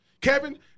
Kevin